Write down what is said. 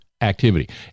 activity